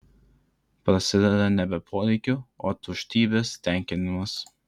prasideda nebe poreikių o tuštybės tenkinimas